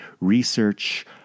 research